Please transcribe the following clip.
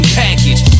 package